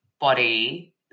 body